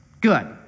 good